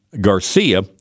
Garcia